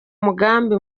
mugambi